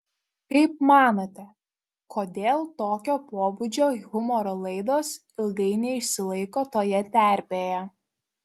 kaip manote kodėl tokio pobūdžio humoro laidos ilgai neišsilaiko toje terpėje